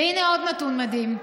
והינה עוד נתון מדהים: